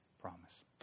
promise